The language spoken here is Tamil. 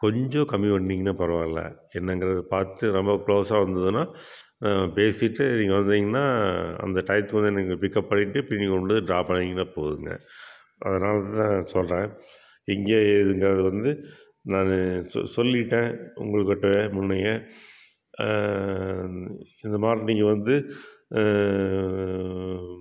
கொஞ்சம் கம்மி பண்ணீங்கன்னா பரவாயில்லை என்னங்கிறதை பார்த்து ரொம்ப க்ளோஸாக வந்ததுனா பேசிவிட்டு நீங்கள் வந்தீங்கன்னா அந்த டையத்துக்கு வந்து நீங்கள் பிக்கப் பண்ணிட்டு பின் இங்கே கொண்டு வந்து ட்ராப் பண்ணீங்கன்னா போதும்ங்க அதனால் தான் சொல்கிறேன் எங்கே ஏதுங்கிறது வந்து நான் சொல்லிட்டேன் உங்கள் கிட்டே முன்னயே இதுமாதிரி நீங்கள் வந்து